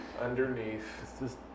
underneath